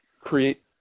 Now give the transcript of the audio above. create